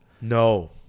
No